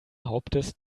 hauptes